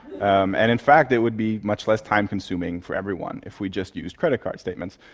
um and in fact it would be much less time-consuming for everyone if we just used credit card statements.